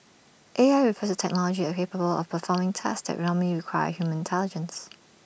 A I refers to technology A capable of performing tasks that normally require human intelligence